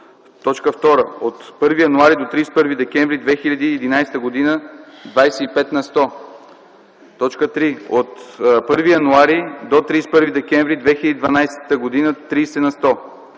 сто. 2. От 1 януари до 31 декември 2011 г. – 25 на сто. 3. От 1 януари до 31 декември 2012 г. – 30 на сто.